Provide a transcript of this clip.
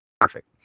Perfect